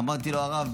אמרתי לו: הרב,